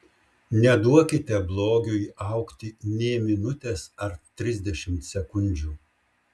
neduokite blogiui augti nė minutės ar trisdešimt sekundžių